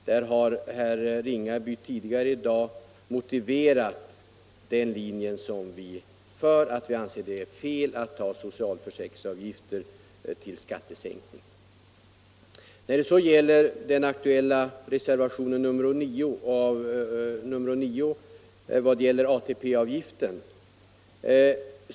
Herr Ringaby har tidigare i dag motiverat vår linje: vi anser att det är fel att använda socialförsäkringsavgifter för skattesänkning. Så till den aktuella reservationen 9 angående ATP-avgiften.